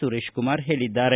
ಸುರೇಶಕುಮಾರ ಹೇಳಿದ್ದಾರೆ